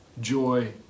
joy